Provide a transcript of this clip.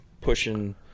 pushing